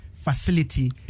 Facility